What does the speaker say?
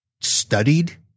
studied